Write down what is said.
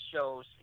shows